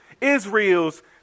Israel's